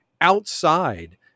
outside